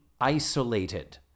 isolated